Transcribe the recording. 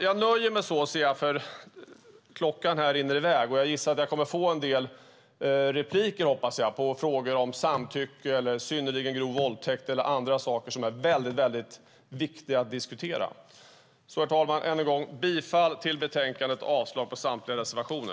Jag nöjer mig med detta, och jag gissar och hoppas att jag kommer att få repliker om frågor om samtycke eller synnerligen grov våldtäkt eller andra saker som är viktiga att diskutera. Herr talman! Än en gång yrkar jag bifall till förslaget i betänkandet och avslag på samtliga reservationer.